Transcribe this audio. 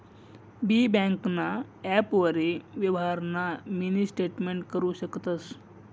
बी ब्यांकना ॲपवरी यवहारना मिनी स्टेटमेंट करु शकतंस